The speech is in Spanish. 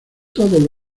todos